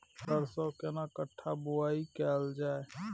सरसो केना कट्ठा बुआई कैल जाय?